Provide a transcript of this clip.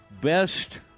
best